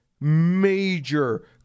major